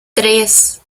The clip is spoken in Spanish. tres